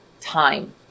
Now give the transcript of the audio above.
time